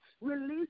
release